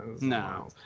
no